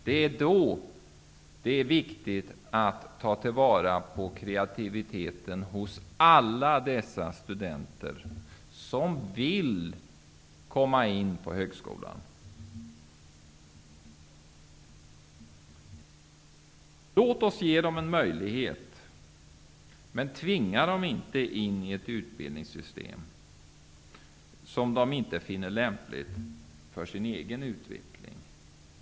Det är då det är viktigt att ta vara på kreativiteten hos alla dessa studenter, som vill komma in på högskolan. Låt oss ge dem en möjlighet, men tvinga dem inte in i ett utbildningssystem som de inte finner lämpligt för sin egen utveckling.